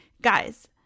guys